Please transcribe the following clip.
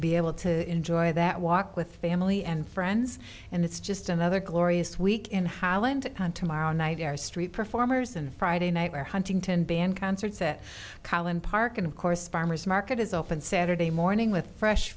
be able to enjoy that walk with family and friends and it's just another glorious week in holland on tomorrow night our street performers and friday night are huntington band concerts at collin park and of course farmer's market is open saturday morning with fresh